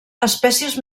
espècies